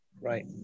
right